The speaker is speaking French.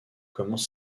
commence